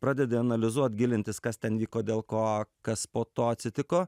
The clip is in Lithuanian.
pradedi analizuot gilintis kas ten vyko dėl ko kas po to atsitiko